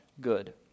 good